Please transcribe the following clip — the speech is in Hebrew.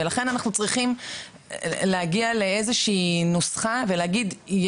לכן אנחנו צריכים להגיע לנוסחה ואת זה